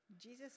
Jesus